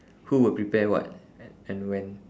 who will prepare what and when